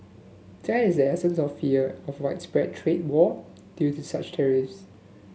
that is essence of fear of widespread trade war due to such tariffs